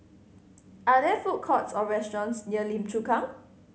are there food courts or restaurants near Lim Chu Kang